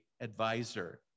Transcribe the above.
advisor